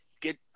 get